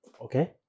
Okay